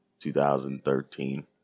2013